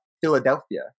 Philadelphia